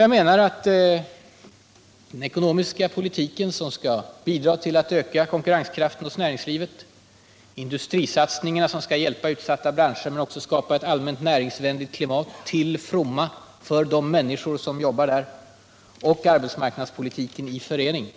Jag menar att den ekonomiska politik som skall bidra till att öka konkurrenskraften hos näringslivet —-industrisatsningar som skall hjälpa utsatta branscher men också skapa ett allmänt näringsvänligt klimat till fromma för de människor som jobbar där — och arbetsmarknadspolitiken i förening,